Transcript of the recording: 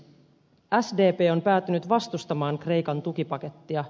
sdp on päätynyt vastustamaan kreikan tukipakettia